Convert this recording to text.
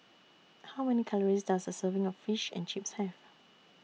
How Many Calories Does A Serving of Fish and Chips Have